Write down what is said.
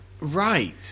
Right